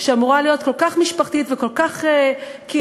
שאמורה להיות כל כך משפחתית וכל כך קהילתית,